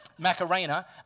Macarena